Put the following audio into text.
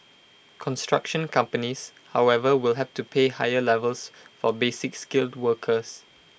construction companies however will have to pay higher levies for basic skilled workers